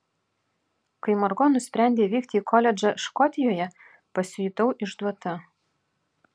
kai margo nusprendė vykti į koledžą škotijoje pasijutau išduota